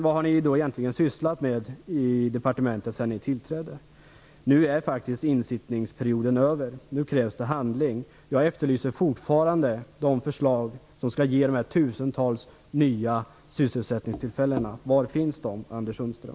Vad har ni då egentligen sysslat med i departementet sedan ni tillträdde? Nu är insittningsperioden faktiskt över. Nu krävs det handling. Jag efterlyser fortfarande de förslag som skall ge dessa tusentals nya sysselsättningstillfällen. Var finns de, Anders Sundström?